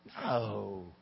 No